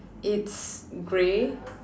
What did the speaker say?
it's grey